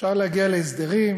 אפשר להגיע להסדרים,